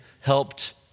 helped